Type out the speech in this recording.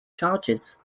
charges